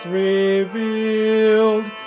revealed